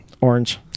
Orange